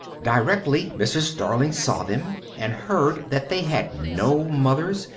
directly mrs. darling saw them, and heard that they had no mothers,